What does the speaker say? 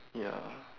ya